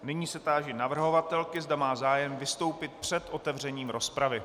Nyní se táži navrhovatelky, zda má zájem vystoupit před otevřením rozpravy.